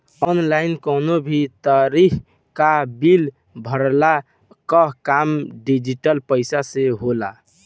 online कवनो भी तरही कअ बिल भरला कअ काम डिजिटल पईसा से होला